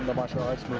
martial arts.